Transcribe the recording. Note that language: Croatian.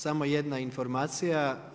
Samo jedna informacija.